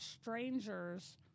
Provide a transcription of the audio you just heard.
strangers